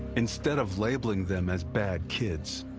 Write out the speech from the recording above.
instead of labeling them as bad kids,